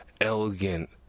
elegant